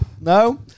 No